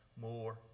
more